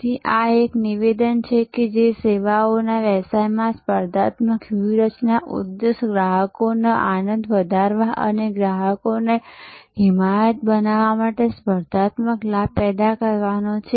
તેથી આ એક નિવેદન છે કે સેવાઓના વ્યવસાયમાં સ્પર્ધાત્મક વ્યૂહરચનાનો ઉદ્દેશ્ય ગ્રાહકોનો આનંદ વધારવા અને ગ્રાહક હિમાયત બનાવવા માટે સ્પર્ધાત્મક લાભ પેદા કરવાનો છે